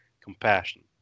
compassion